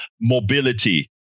mobility